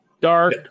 dark